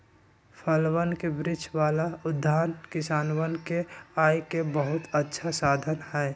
फलवन के वृक्ष वाला उद्यान किसनवन के आय के बहुत अच्छा साधन हई